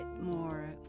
more